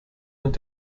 und